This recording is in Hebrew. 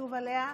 כתוב עליה: